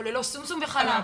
או ללא שומשום וחלב.